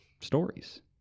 stories